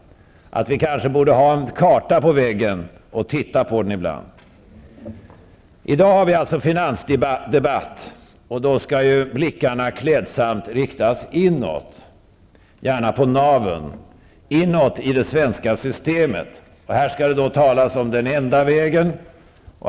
Vi borde kanske ha en karta på väggen som vi ibland tittar på. I dag har vi alltså finansdebatt. Då skall blickarna klädsamt riktas inåt -- gärna mot själva naveln -- i det svenska systemet. Här skall någon tala om den enda vägen.